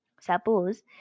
suppose